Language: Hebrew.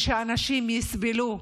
ושאנשים יסבלו,